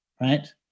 right